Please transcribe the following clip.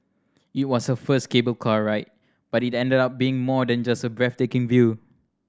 it was her first cable car ride but it ended up being more than just a breathtaking view